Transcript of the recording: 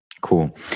Cool